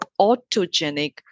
autogenic